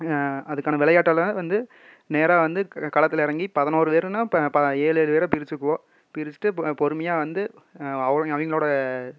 அதுக்கான விளையாட்டெல்லாம் வந்து நேராக வந்து க களத்தில் இறங்கி பதினோரு பேருன்னால் இப்போ ஏழு ஏழு பேராக பிரித்திக்குவோம் பிரித்திட்டு ப பொறுமையாக வந்து அவங்க அவங்களோட